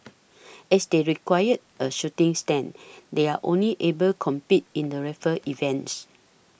as they require a shooting stand they are only able compete in the rifle events